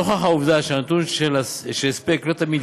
נוכח העובדה שהנתון של הספק לא תמיד